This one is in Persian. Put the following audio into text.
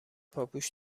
پاپوش